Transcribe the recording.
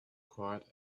quiet